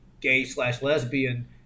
gay-slash-lesbian